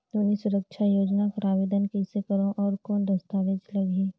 नोनी सुरक्षा योजना कर आवेदन कइसे करो? और कौन दस्तावेज लगही?